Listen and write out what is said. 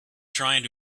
trying